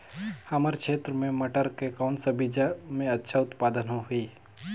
हमर क्षेत्र मे मटर के कौन सा बीजा मे अच्छा उत्पादन होही?